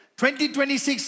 2026